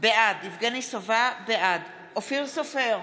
בעד אופיר סופר,